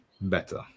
better